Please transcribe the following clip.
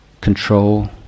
control